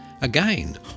Again